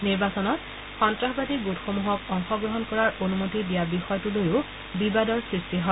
নিৰ্বাচনত সন্তাসবাদী গোটসমূহক অংশগ্ৰহণ কৰাৰ অনুমতি দিয়া বিষয়টো লৈও বিবাদৰ সৃষ্টি হয়